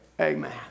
Amen